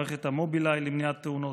מערכת המובילאיי למניעת תאונות,